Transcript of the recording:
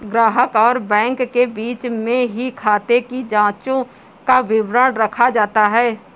ग्राहक और बैंक के बीच में ही खाते की जांचों का विवरण रखा जाता है